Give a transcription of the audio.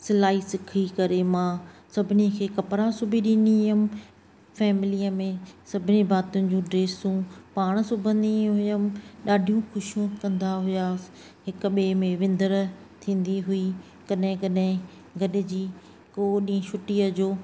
सिलाई सिखी करे मां सभिनी खे कपिड़ा सिबी ॾींदी हुयमि फैमिलीअ में सभिनी भातियुनि जूं ड्रेसियूं पाणि सिबंदी हुअमि ॾाढियूं ख़ुशियूं कंदा हुआसि हिकु ॿिए में विंदर थींदी हुई कॾहिं कॾहिं गॾिजी को ॾींहुं छुटीअ जो